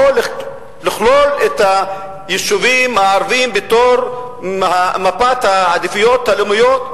או לכלול את היישובים הערביים בתוך מפת העדיפויות הלאומיות,